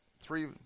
three